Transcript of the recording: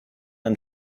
and